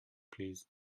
plîs